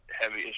heavy